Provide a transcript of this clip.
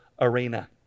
arena